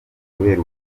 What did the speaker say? kubera